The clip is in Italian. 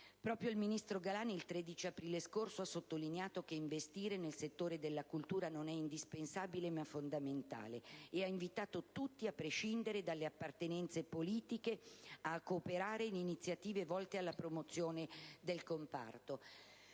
Proprio il ministro Galan, il 13 aprile scorso, ha sottolineato che «investire nel settore della cultura non è indispensabile ma fondamentale» ed ha invitato tutti, a prescindere dalle appartenenze politiche, a cooperare in iniziative volte alla promozione del comparto.